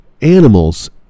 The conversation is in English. Animals